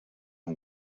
who